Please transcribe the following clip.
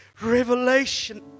revelation